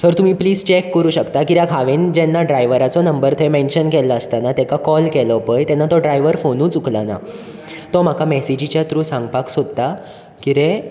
sir तुमी please check करूंक शकतात कित्याक हांवेन जेन्ना ड्रायवराचो नंबर थंय मेनशन केला आसताना तेका कॉल केलो पळय तेन्ना तो ड्रायवर फॉनूच उखलना तो म्हाका मॅसेजिच्या थ्रू सांगपाक सोदता कितें